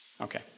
Okay